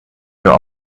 your